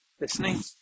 listening